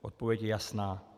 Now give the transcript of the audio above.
Odpověď je jasná.